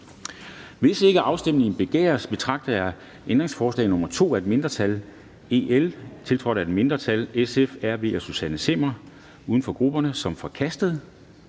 Hvis ikke afstemning begæres, betragter jeg ændringsforslag nr. 8 af et mindretal (V), tiltrådt af et mindretal (DF, NB og LA), som forkastet. Det er forkastet.